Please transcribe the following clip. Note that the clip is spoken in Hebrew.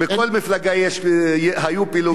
בכל מפלגה היו פילוגים,